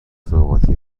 سوغاتی